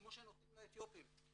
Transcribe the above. כמו שנותנים לאתיופים.